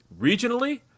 regionally